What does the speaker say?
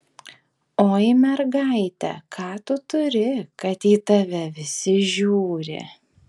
oi mergaite ką tu turi kad į tave visi žiūri